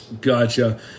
gotcha